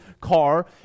car